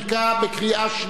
בקריאה שנייה,